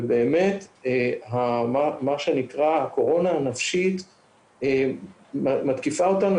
באמת מה שנקרא הקורונה הנפשית מתקיפה אותנו,